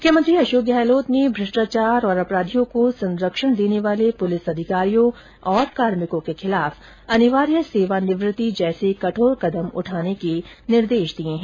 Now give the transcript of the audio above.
मुख्यमंत्री अशोक गहलोत ने भ्रष्टाचार और अपराधियों को संरक्षण देने वाले पुलिस अधिकारियों और कार्मिकों के खिलाफ अनिवार्य सेवानिवृत्ति जैसे कठोर कदम उठाने के निर्देश दिए है